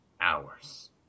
Hours